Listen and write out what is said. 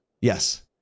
Yes